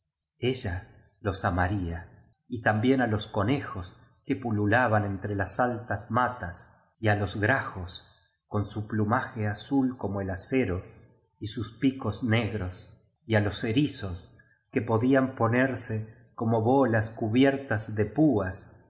ella los amaría y también á los conejos que pu lulaban entre las altas matas y á los grajos con su plumaje azul como el acero y sus picos negros y á los erizos que po dían ponerse como bolas cubiertas de púas